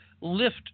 lift